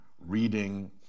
reading